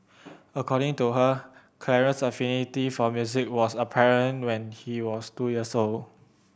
according to her Clarence's affinity for music was apparent when he was two years old